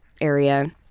area